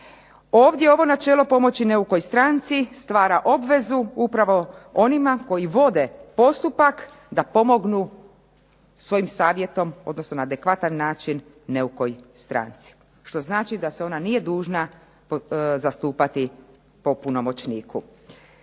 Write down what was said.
Ovdje ovo načelo pomoći neukoj stranci stvara obvezu upravo onima koji vode postupak da pomognu svojim savjetom odnosno na adekvatan način neukoj stranci što znači da se ona nije dužna zastupati po punomoćniku.